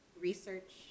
research